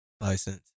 license